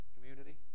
Community